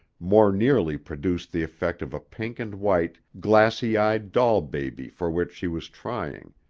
more nearly produced the effect of a pink-and-white, glassy-eyed doll-baby for which she was trying.